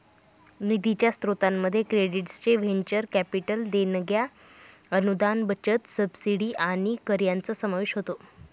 निधीच्या स्त्रोतांमध्ये credits venture capital देणग्या अनुदान बचत सबसिडी आणि कर यांचा समावेश होतो